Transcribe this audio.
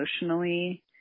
emotionally